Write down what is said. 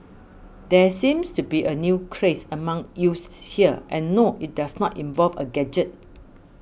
there seems to be a new craze among youths here and no it does not involve a gadget